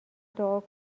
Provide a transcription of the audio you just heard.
دعا